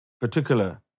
particular